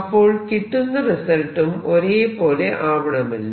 അപ്പോൾ കിട്ടുന്ന റിസൾട്ടും ഒരേ പോലെ ആവണമല്ലോ